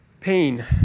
Pain